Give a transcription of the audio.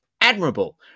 Admirable